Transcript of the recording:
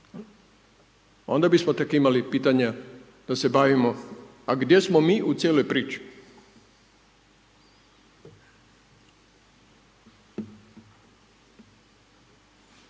Onda bismo tek imali pitanja da se bavimo, a gdje smo mi u cijeloj priči?